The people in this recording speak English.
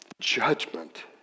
judgment